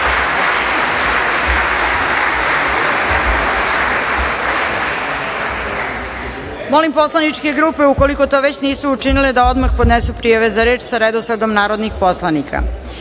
grupe. Molim poslaničke grupe, ukoliko to već nisu učinile, da odmah podnesu prijave za reč sa redosledom narodnih poslanika. Saglasno